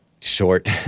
short